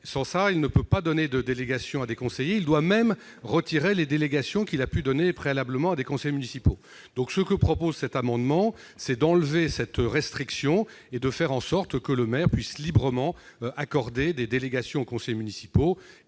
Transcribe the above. Sinon, il ne peut pas accorder de délégation à des conseillers ; il doit même retirer les délégations qu'il a pu confier préalablement à des conseillers municipaux. Mon amendement vise à supprimer cette restriction pour faire en sorte que le maire puisse librement accorder des délégations aux conseillers municipaux,